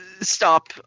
stop